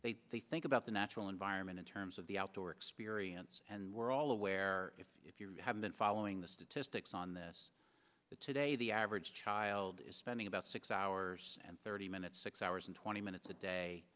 environment they think about the natural environment in terms of the outdoor experience and we're all aware if you have been following the statistics on this today the average child is spending about six hours and thirty minutes six hours and twenty minutes a day